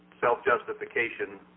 self-justification